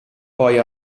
poi